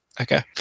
Okay